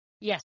Yes